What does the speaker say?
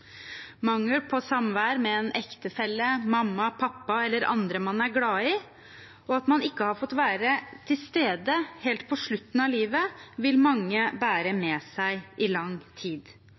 Mangel på samvær med en ektefelle, mamma, pappa eller andre man er glad i, og at man ikke har fått være til stede hos dem helt på slutten av livet, vil mange bære med seg i lang tid.